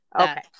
Okay